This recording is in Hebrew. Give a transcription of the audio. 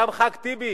גם חבר הכנסת טיבי,